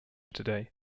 today